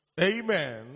amen